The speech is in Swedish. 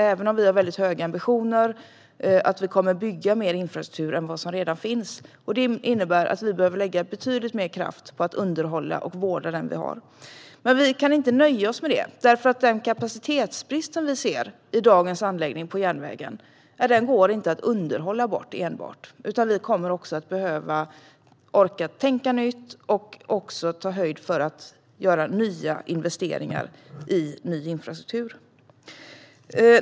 Även om vi har höga ambitioner kommer vi inte att bygga mer infrastruktur än den som redan finns. Det innebär att vi behöver lägga betydligt mer kraft på att underhålla och vårda den vi har. Men vi kan inte nöja oss med det. Den kapacitetsbrist som vi ser i dagens anläggning på järnvägen går inte att enbart underhålla bort. Vi kommer att behöva orka tänka nytt och ta höjd för att göra nya investeringar i ny infrastruktur.